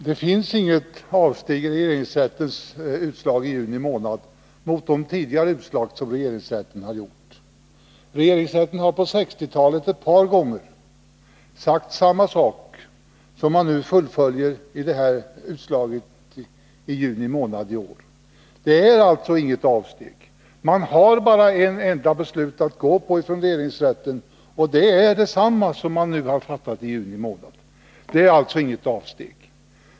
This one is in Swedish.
Herr talman! Regeringsrättens utslag i juni i år innebär inget avsteg från regeringsrättens tidigare utslag. Regeringsrätten har på 1960-talet ett par gånger sagt samma sak som man nu fullföljer i det här utslaget. Det är alltså inte fråga om något avsteg från tidigare utslag. Man har bara ett enda beslut att gå på i regeringsrätten, och det är detsamma som det man nu fattade i juni. Jag upprepar att det inte är fråga om något avsteg.